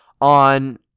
on